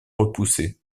repoussé